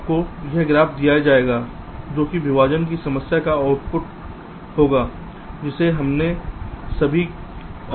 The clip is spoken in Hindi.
आपको यह ग्राफ़ दिया जाएगा जो कि विभाजन की समस्या का आउटपुट होगा जिसे हमने अभी कहा है